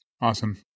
awesome